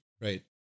Right